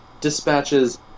dispatches